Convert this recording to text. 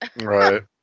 right